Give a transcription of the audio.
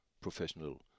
professional